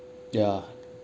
yeah